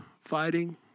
fighting